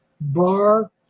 bar